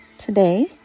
Today